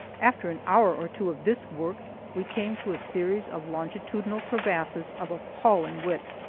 after an hour or two of this work we came to a series of longitudinal crevasses of appalling width,